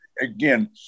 again